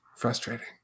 Frustrating